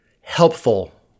helpful